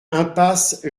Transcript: impasse